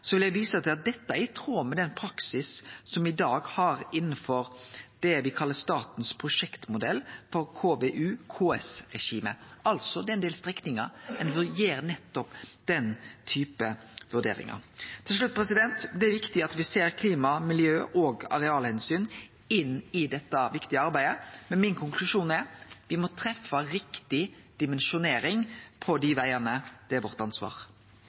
vil eg vise til at dette er i tråd med den praksisen me i dag har innanfor det me kallar statens prosjektmodell – KVU/KS-regimet. Det er altså ein del strekningar der ein gjer nettopp den typen vurderingar. Til slutt: Det er viktig at me ser på klima-, miljø- og arealomsyn i dette viktige arbeidet, men konklusjonen min er: Me må treffe riktig dimensjonering på dei vegane. Det er vårt ansvar.